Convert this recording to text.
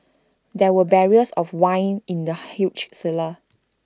there were barrels of wine in the huge cellar